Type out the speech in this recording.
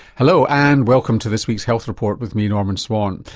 hello and welcome to this week's health report with me norman swan.